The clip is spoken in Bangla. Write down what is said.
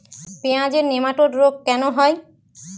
পেঁয়াজের নেমাটোড রোগ কেন হয়?